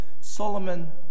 Solomon